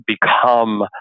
become